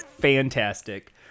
fantastic